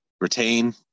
Retain